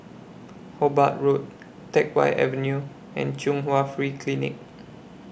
Hobart Road Teck Whye Avenue and Chung Hwa Free Clinic